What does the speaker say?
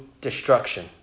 destruction